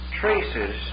traces